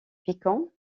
piquants